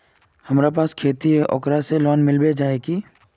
हमरा पास खेती है ओकरा से लोन मिलबे जाए की?